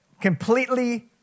completely